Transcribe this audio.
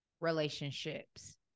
relationships